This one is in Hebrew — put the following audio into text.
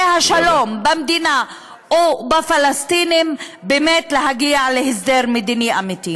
השלום במדינה ואצל הפלסטינים להגיע להסדר מדיני אמיתי.